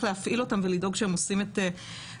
להפעיל אותם ולדאוג שהם עושים את עבודתם.